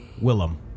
Willem